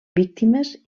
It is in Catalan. víctimes